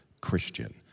Christian